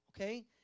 okay